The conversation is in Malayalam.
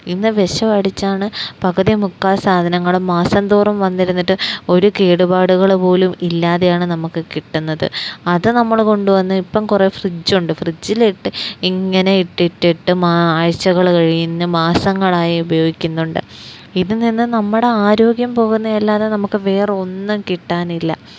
ഇന്ന് വിഷമടിച്ചാണ് പകുതി മുക്കാല് സാധനങ്ങളും മാസന്തോറും വന്നിരുന്നിട്ട് ഒരു കേടുപാടുകള് പോലുമില്ലാതെയാണ് നമുക്ക് കിട്ടുന്നത് അത് നമ്മള് കൊണ്ടുവന്ന് ഇപ്പം കുറേ ഫ്രിഡ്ജുണ്ട് ഫ്രിഡ്ജിലിട്ട് ഇങ്ങനെ ഇട്ടിട്ടിട്ട് ആഴ്ചകള് കഴിഞ്ഞ് മാസങ്ങളായി ഉപയോഗിക്കുന്നുണ്ട് ഇതില് നിന്ന് നമ്മുടെ ആരോഗ്യം പോകുന്നതല്ലാതെ നമുക്ക് വേറെയൊന്നും കിട്ടാനില്ല